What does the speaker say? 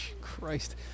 Christ